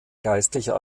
geistlicher